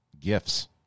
gifts